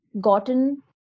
gotten